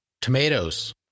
tomatoes